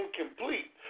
incomplete